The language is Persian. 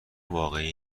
واقعی